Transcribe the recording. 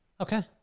Okay